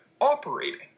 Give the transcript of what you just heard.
operating